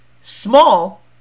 small